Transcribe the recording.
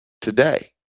today